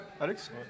Alex